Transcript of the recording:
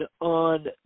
on